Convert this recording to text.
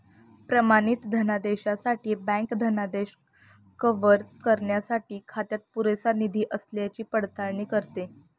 प्रमाणित धनादेशासाठी बँक धनादेश कव्हर करण्यासाठी खात्यात पुरेसा निधी असल्याची पडताळणी करते